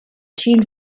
assumed